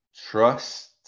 Trust